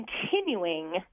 continuing